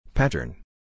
Pattern